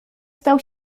stał